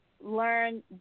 learn